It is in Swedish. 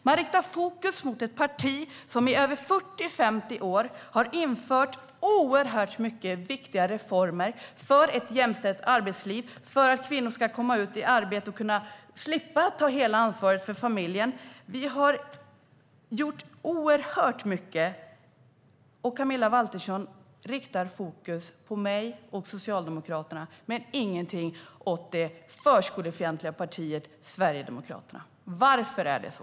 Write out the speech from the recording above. Du riktar fokus mot ett parti som i 40-50 år har infört oerhört många viktiga reformer för ett jämställt arbetsliv, för att kvinnor ska komma ut i arbete och slippa ta hela ansvaret för familjen. Vi har gjort oerhört mycket, och Camilla Waltersson Grönvall riktar fokus på mig och Socialdemokraterna men ingenting på det förskolefientliga partiet Sverigedemokraterna. Varför är det så?